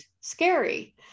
scary